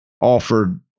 offered